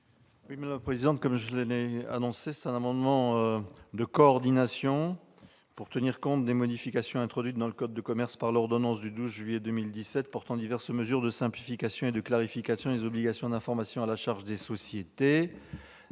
: La parole est à M. le rapporteur. Cet amendement de coordination vise donc à tenir compte des modifications introduites dans le code de commerce par l'ordonnance du 12 juillet 2017 portant diverses mesures de simplification et de clarification des obligations d'information à la charge des sociétés.